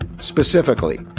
Specifically